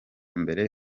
mbere